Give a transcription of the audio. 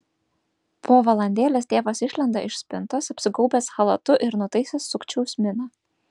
po valandėlės tėvas išlenda iš spintos apsigaubęs chalatu ir nutaisęs sukčiaus miną